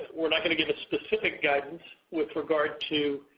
we're not going to give a specific guidance with regard to